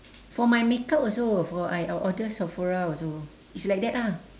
for my makeup also for I I order sephora also it's like that ah